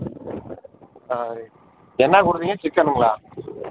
ஆ என்ன கொடுத்தடுத்தீங்க சிக்கனுங்களா